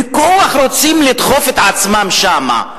בכוח רוצים לדחוף את עצמם שם.